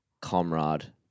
comrade